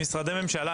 משרדי הממשלה,